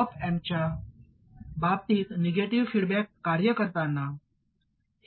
op अँपच्या बाबतीत negative feedback कार्य करताना